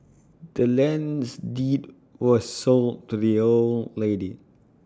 the land's deed was sold to the old lady